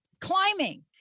climbing